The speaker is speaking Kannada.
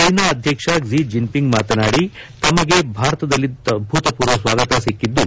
ಚೀನಾ ಅಧ್ಯಕ್ಷ ಕ್ಷೆ ಜಿನ್ಪಿಂಗ್ ಮಾತನಾಡಿ ತಮಗೆ ಭಾರತದಲ್ಲಿ ಅಭೂತಪೂರ್ವ ಸ್ವಾಗತ ಸಿಕ್ಕಿದ್ದು